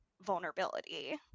vulnerability